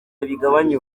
bigabanuke